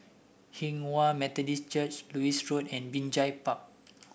Hinghwa Methodist Church Lewis Road and Binjai Park